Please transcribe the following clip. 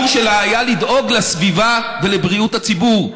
הביקור שלה היה לדאוג לסביבה ולבריאות הציבור,